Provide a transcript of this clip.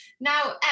Now